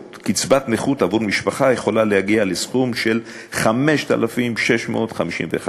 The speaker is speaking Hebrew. קצבת נכות עבור משפחה יכולה להגיע לסכום של 5,651 שקלים.